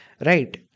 right